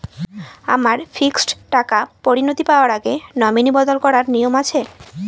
আমার ফিক্সড টাকা পরিনতি পাওয়ার আগে নমিনি বদল করার নিয়ম আছে?